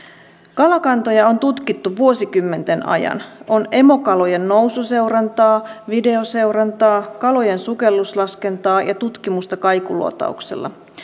kalakantoja on tutkittu vuosikymmenten ajan on emokalojen noususeurantaa videoseurantaa kalojen sukelluslaskentaa ja tutkimusta kaikuluotauksella